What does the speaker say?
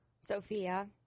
Sophia